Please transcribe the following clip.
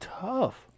tough